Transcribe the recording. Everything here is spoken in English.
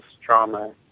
trauma